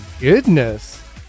goodness